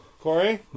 Corey